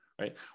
right